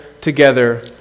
together